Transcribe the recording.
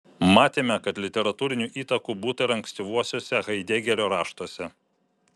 matėme kad literatūrinių įtakų būta ir ankstyvuosiuose haidegerio raštuose